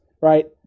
Right